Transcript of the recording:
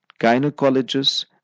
gynecologists